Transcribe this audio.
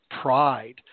pride